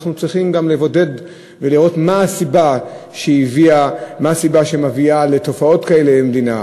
אנחנו צריכים גם לבודד ולראות מה הסיבה שמביאה לתופעות כאלה במדינה.